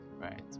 right